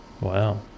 Wow